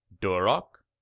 Duroc